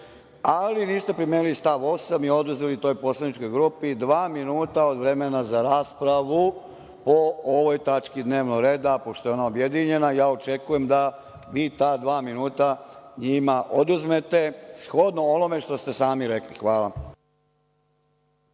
ali niste primenili stav 8. i oduzeli toj poslaničkoj grupi dva minuta od vremena za raspravu po ovoj tački dnevnog reda. Pošto je ona objedinjena, očekujem da vi ta dva minuta njima oduzmete, shodno onome što ste sami rekli. Hvala.